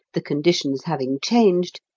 the conditions having changed,